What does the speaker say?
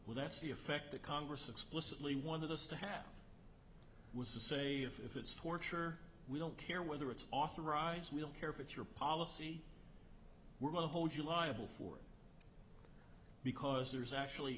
well that's the effect that congress explicitly one of us to have was to say if it's torture we don't care whether it's authorized we'll care fits your policy we're going to hold you liable for because there's actually